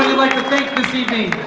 like to thank this evening.